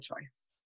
choice